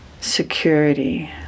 security